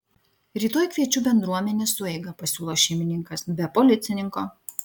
rytoj kviečiu bendruomenės sueigą pasiūlo šeimininkas be policininko